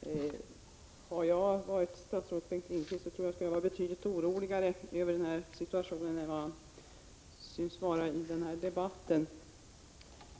Herr talman! Om jag hade varit statsrådet Bengt Lindqvist skulle jag ha varit betydligt oroligare över situationen än vad han synes vara i denna debatt.